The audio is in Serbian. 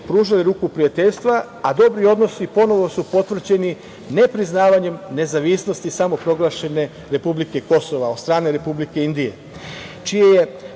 pružale ruku prijateljstva, a dobri odnosi ponovo su potvrđeni nepriznavanjem nezavisnosti samoproglašene republike Kosovo od strane Republike Indije, čime je